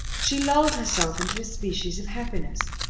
she lulled herself into a species of happiness.